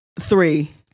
Three